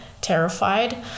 terrified